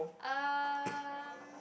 um